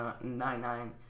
Nine-Nine